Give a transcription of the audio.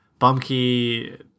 Bumkey